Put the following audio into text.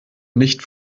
nicht